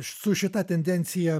su šita tendencija